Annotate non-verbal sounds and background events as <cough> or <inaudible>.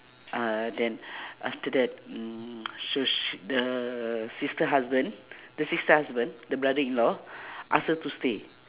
uh then <breath> after that mm so sh~ the sister husband the sister husband the brother-in-law <breath> ask her to stay